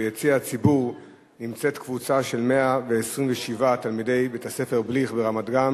ביציע הציבור נמצאת קבוצה של 127 תלמידי בית-הספר "בליך" ברמת-גן